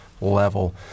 level